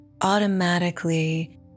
automatically